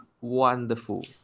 wonderful